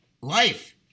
life